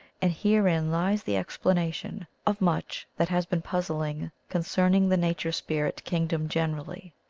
and herein lies the explanation of much that has been puzzling concerning the nature-spirit king dom generally.